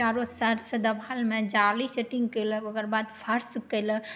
चारो साइडसँ देवालमे जाली सेटिङ्ग केलक ओकर बाद फर्श केलक